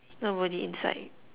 nobody inside